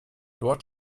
dort